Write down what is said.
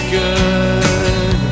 good